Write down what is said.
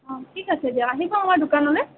অঁ ঠিক আছে দিয়ক আহিব আমাৰ দোকানলে